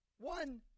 One